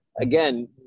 Again